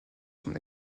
son